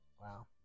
Wow